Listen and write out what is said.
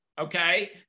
okay